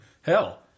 hell